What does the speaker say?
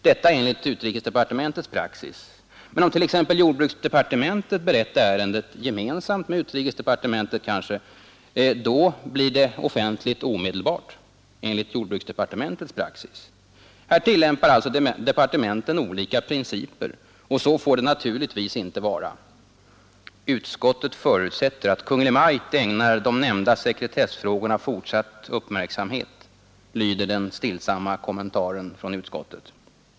Detta enligt utrikesdepartementets praxis. Men om t.ex. jordbruksdepartementet berett ärendet — gemensamt med utrikesdepartementet kanske — blir det offentligt omedelbart enligt jordbruksdepartementets praxis. Här tillämpar alltså departementen olika principer. Så får det naturligtvis inte vara. ”Utskottet förutsätter att Kungl. Maj:t ägnar de nämnda sekretessfrågorna fortsatt uppmärksamhet”, lyder den stillsamma kommentaren från utskottet.